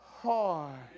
hard